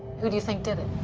who do you think did it?